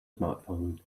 smartphone